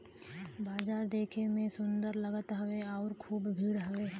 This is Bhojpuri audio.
बाजार देखे में सुंदर लगत हौ आउर खूब भीड़ हौ